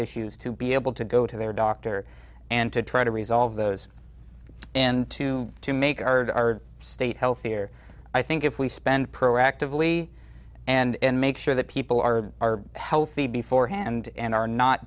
issues to be able to go to their doctor and to try to resolve those and to to make our state healthier i think if we spend proactively and make sure that people are are healthy before hand and are not